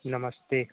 नमस्ते